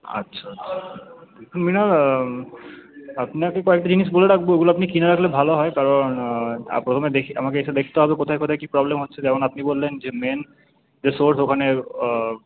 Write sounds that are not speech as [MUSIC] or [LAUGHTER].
আচ্ছা [UNINTELLIGIBLE] আপনাকে কয়েকটা জিনিস বলে রাখব ওগুলো আপনি কিনে রাখলে ভালো হয় কারণ প্রথমে দেখি আমাকে এসে দেখতে হবে কোথায় কোথায় কী প্রবলেম হচ্ছে যেমন আপনি বললেন যে মেইন যে সোর্স ওখানে